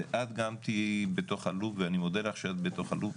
ואת גם תהיי בתוך הלופ ואני מודה לך שאת בתוך הלופ.